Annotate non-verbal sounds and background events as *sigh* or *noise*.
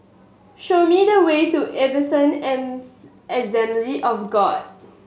show me the way to *unintelligible* Assembly of God